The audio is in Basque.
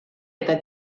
eta